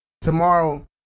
tomorrow